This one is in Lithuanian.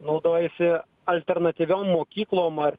naudojasi alternatyviom mokyklom ar